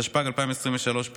התשפ"ג 2023,